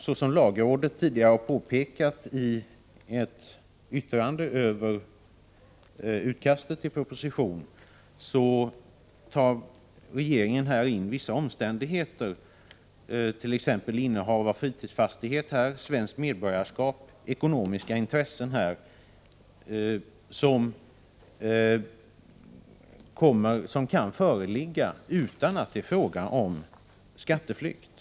Såsom lagrådet har påpekat i ett yttrande över utkastet till proposition tar regeringen här in i bedömningen vissa omständigheter, t.ex. svenskt medborgarskap samt innehav av fritidsfastighet och andra ekonomiska intressen i Sverige som kan föreligga utan att det är fråga om skatteflykt.